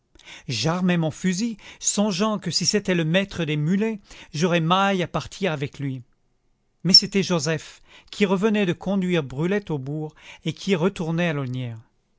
j'armai mon fusil songeant que si c'était le maître des mulets j'aurais maille à partir avec lui mais c'était joseph qui revenait de conduire brulette au bourg et qui retournait à